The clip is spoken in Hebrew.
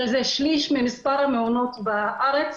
שזה שליש ממספר המעונות בארץ.